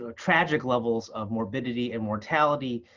ah tragic levels of morbidity and mortality.